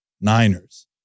Niners